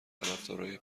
طرفدارای